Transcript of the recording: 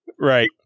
Right